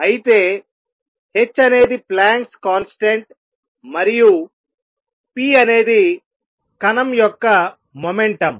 అయితే h అనేది Planck's constant constant మరియు p అనేది కణం యొక్క మొమెంటుమ్